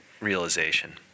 realization